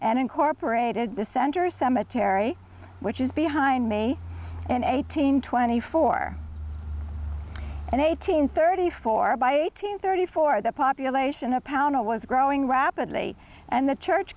and incorporated the center cemetery which is behind me and eighteen twenty four and eighteen thirty four by eighteen thirty four the population of pownal was growing rapidly and the church